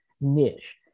niche